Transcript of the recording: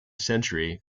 century